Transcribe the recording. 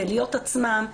ולהיות עצמם,